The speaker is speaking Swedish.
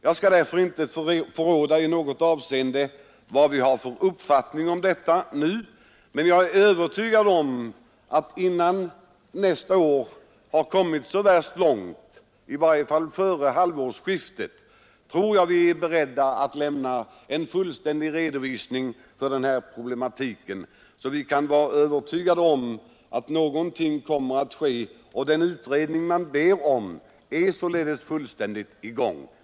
Jag skall därför inte förråda i något avseende vår uppfattning nu, men jag är övertygad om att vi en bit in på nästa år — i varje fall före halvårsskiftet — skall vara beredda att lämna en fullständig redovisning för den här problematiken. Vi kan vara övertygade om att något kommer att ske, och den utredning som efterlyses är således redan i gång.